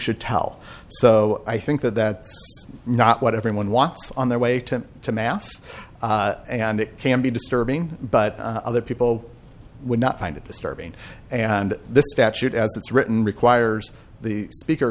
should tell so i think that that not what everyone wants on their way to to mass and it can be disturbing but other people would not find it disturbing and this statute as it's written requires the speaker